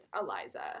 Eliza